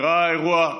אירע האירוע,